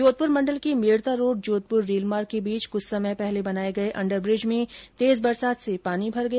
जोधपुर मंडल के मेडतारोड जोधपुर रेलमार्ग के बीच कुछ समय पूर्व बनाए गए अंडरव्रिज में तेज बरसात से पानी भर गया